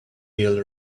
will